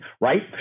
right